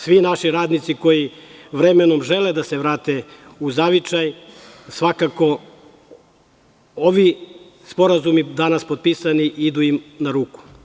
Svi naši radnici koji vremenom žele da se vrate u zavičaj svakako ovi sporazumi danas potpisani idu im na ruku.